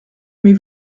aimez